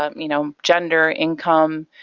um you know, gender, income,